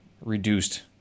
reduced